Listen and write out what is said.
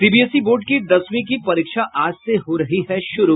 CBSE board की दसवीं की परीक्षा आज से हो रही है शुरू